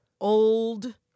old